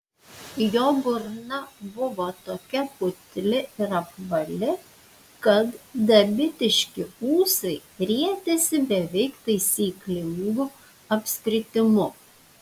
jo burna buvo tokia putli ir apvali kad dabitiški ūsai rietėsi beveik taisyklingu apskritimu